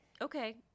Okay